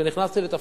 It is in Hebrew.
כשנכנסתי לתפקידי,